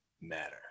matter